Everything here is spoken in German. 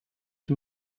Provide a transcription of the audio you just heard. dem